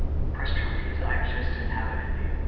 press charges. i just didn't have it in me.